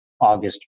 August